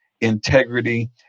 integrity